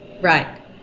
right